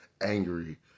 angry